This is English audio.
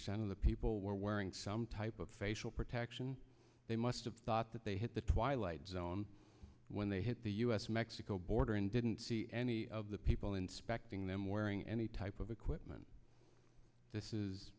percent of the people were wearing some type of facial protection they must've thought that they hit the twilight zone when they hit the us mexico border and didn't see any of the people inspecting them wearing any type of equipment this is